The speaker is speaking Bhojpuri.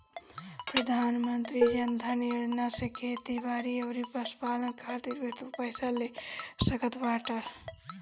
प्रधानमंत्री जन धन योजना से खेती बारी अउरी पशुपालन खातिर भी तू पईसा ले सकत बाटअ